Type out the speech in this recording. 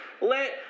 let